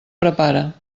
prepara